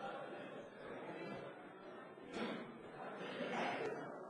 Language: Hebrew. שאחרים ייזהרו גם אם אין מצלמות.